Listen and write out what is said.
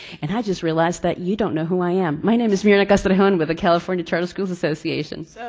and i just realized that you don't know who i am. my name is myrna castrejon with the california charter schools association.